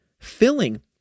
filling